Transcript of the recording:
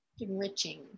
enriching